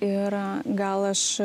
ir gal aš